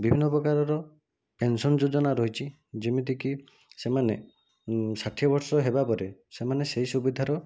ବିଭିନ୍ନ ପ୍ରକାରର ପେନସନ ଯୋଜନା ରହିଛି ଯେମିତିକି ସେମାନେ ଷାଠିଏ ବର୍ଷ ହେବାପରେ ସେମାନେ ସେହି ସୁବିଧାର